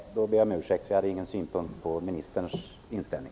Fru talman! Då ber jag om ursäkt. Jag hade ingen synpunkt när det gäller ministerns inställning.